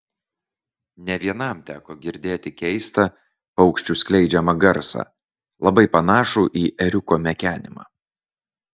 ne vienam teko girdėti keistą paukščių skleidžiamą garsą labai panašų į ėriuko mekenimą